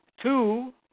two